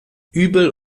übel